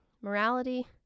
morality